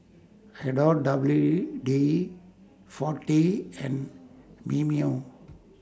Adore W D forty and Mimeo